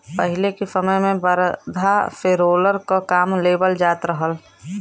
पहिले के समय में बरधा से रोलर क काम लेवल जात रहल